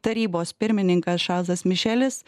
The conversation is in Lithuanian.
tarybos pirmininkas čarlzas mišelis